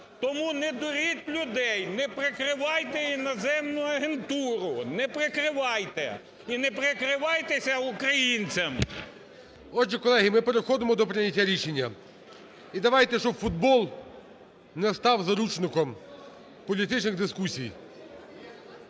Тому не дуріть людей, не прикривайте іноземну агентуру, не прикривайте і не прикривайтеся українцями. ГОЛОВУЮЧИЙ. Отже, колеги, ми переходимо до прийняття рішення. І давайте, щоб футбол не став заручником політичних дискусій.